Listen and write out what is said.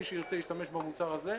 מי שירצה ישתמש במוצר הזה.